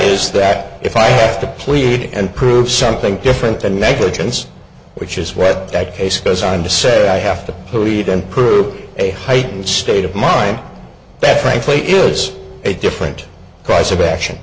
is that if i have to plead and prove something different than negligence which is where that case goes on to say i have to lead and prove a heightened state of mind that frankly is a different price of action